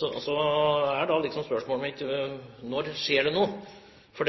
da er spørsmålet mitt: Når skjer det noe? For